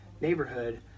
neighborhood